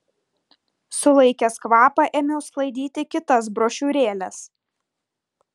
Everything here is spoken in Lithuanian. sulaikęs kvapą ėmiau sklaidyti kitas brošiūrėles